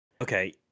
Okay